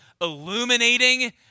illuminating